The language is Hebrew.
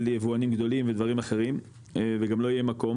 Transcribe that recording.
יבואנים גדולים ודברים אחרים וגם לא יהיה מקום.